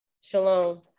Shalom